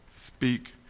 speak